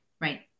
right